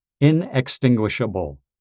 inextinguishable